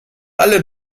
alle